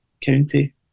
County